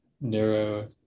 narrow